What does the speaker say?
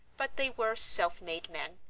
but they were self-made men,